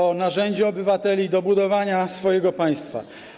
Rząd to narzędzie obywateli do budowania swojego państwa.